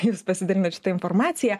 jūs pasidalinot šita informacija